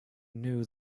knew